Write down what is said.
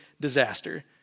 disaster